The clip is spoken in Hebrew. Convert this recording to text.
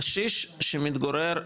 קשיש שמתגורר,